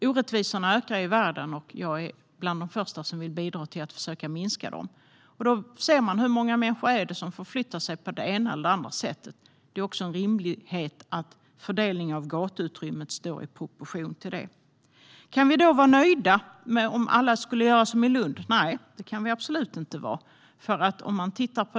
Orättvisorna ökar i världen, och jag är bland de första som vill bidra till att försöka minska dem. I det arbetet kan man titta på hur många människor som förflyttar sig på det ena eller det andra sättet. Det är också rimligt att fördelningen av gatuutrymmet står i proportion till dem. Kan vi vara nöjda om alla gör som i Lund? Nej, det kan vi absolut inte vara.